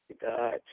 God